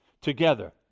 together